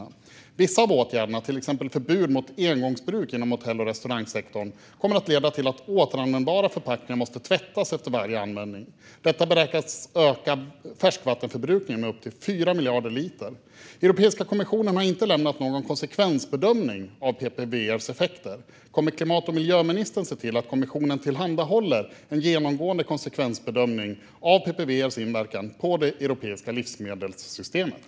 Vissa av åtgärderna, till exempel förbud mot engångsbruk inom hotell och restaurangsektorn kommer att leda till att återanvändbara förpackningar måste tvättas efter varje användning. Detta beräknas öka färskvattenförbrukningen med upp till 4 miljarder liter. Europeiska kommissionen har inte presenterat någon konsekvensbedömning av PPWR:s effekter. Kommer miljö och klimatministern att se till att kommissionen tillhandahåller en grundlig konsekvensbedömning av PPWR:s inverkan på det europeiska livsmedelssystemet?